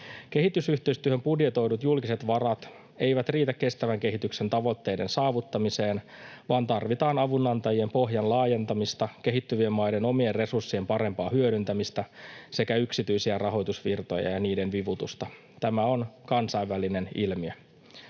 Kehitysyhteistyöhön budjetoidut julkiset varat eivät riitä kestävän kehityksen tavoitteiden saavuttamiseen, vaan tarvitaan avunantajien pohjan laajentamista, kehittyvien maiden omien resurssien parempaa hyödyntämistä sekä yksityisiä rahoitusvirtoja ja niiden vivutusta. Tämä on kansainvälinen ilmiö.